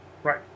Right